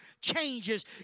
changes